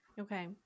Okay